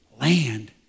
land